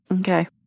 Okay